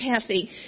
Kathy